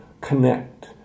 connect